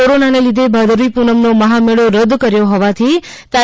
corona ને લીધે ભાદરવી પૂનમ નો મહામેળો રદ કર્યો હોવાથી તા